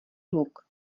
hluk